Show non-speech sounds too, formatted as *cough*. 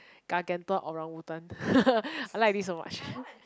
gargantuan orangutan *laughs* I like this so much